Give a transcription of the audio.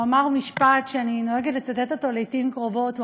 הוא אמר משפט שאני נוהגת לצטט לעתים קרובות.